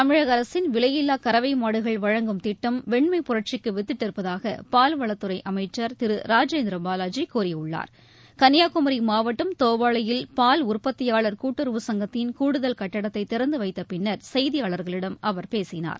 தமிழக அரசின் விலையில்லா கறவை மாடுகள் வழங்கும் திட்டம் வெண்மை புரட்சிக்கு வித்திட்டிருப்பதாக பால்வளத்துறை அமைச்சர் கன்னியாகுமரி மாவட்டம் தோவாளையில் பால் உற்பத்தியாளர் கூட்டுறவு சங்கத்தின் கூடுதல் கட்டிடத்தை திறந்து வைத்த பின்னர் செய்தியாளர்களிடம் அவர் பேசினார்